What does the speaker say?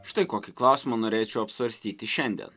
štai kokį klausimą norėčiau apsvarstyti šiandien